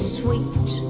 sweet